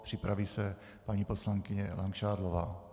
Připraví se paní poslankyně Langšádlová.